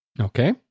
Okay